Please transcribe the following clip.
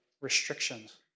restrictions